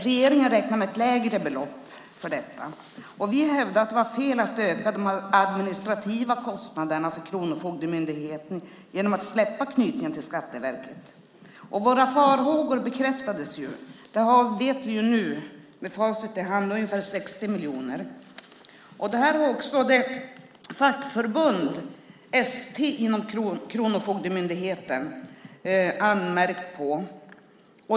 Regeringen räknade med ett lägre belopp för detta. Vi hävdade att det var fel att öka de administrativa kostnaderna för Kronofogdemyndigheten genom att släppa knytningen till Skatteverket. Våra farhågor bekräftades ju. Det vet vi nu med facit i hand. Det fattas ungefär 60 miljoner. Det här har också fackförbundet ST inom Kronofogdemyndigheten anmärkt på.